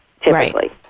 typically